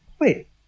Wait